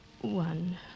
One